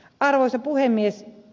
arvoisa puhemies